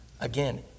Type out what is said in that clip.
Again